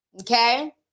Okay